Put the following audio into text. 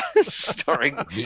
Starring